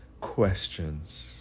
Questions